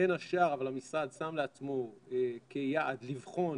אבל בין השאר המשרד שם לעצמו כיעד לבחון